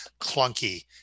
clunky